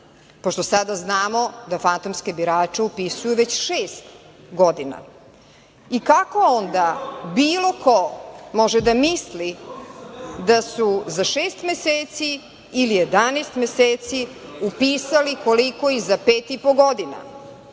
pošto sada znamo da fantomske birače upisuju već šest godina i kako onda bilo ko može da misli da su za šest meseci ili 11 meseci upisali koliko i za pet i po godina?